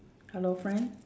hello friend